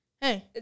hey